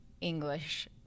English